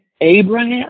Abraham